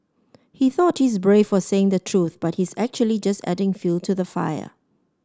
he thought he's brave for saying the truth but he's actually just adding fuel to the fire